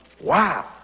Wow